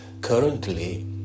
currently